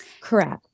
Correct